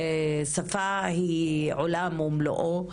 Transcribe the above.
שפה היא עולם ומלואו,